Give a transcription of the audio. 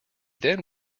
then